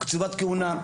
קצובת כהונה.